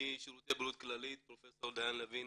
משירותי בריאות כללית, פרופ' דיין לוין